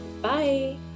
Bye